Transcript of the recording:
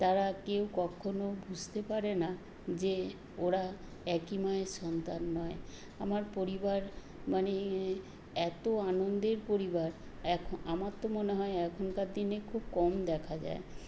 তারা কেউ কখনও বুঝতে পারে না যে ওরা একই মায়ের সন্তান নয় আমার পরিবার মানে এত আনন্দের পরিবার এখন আমার তো মনে হয় এখনকার দিনে খুব কম দেখা যায়